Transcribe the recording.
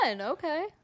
okay